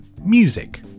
Music